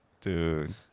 dude